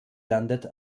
landet